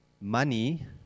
money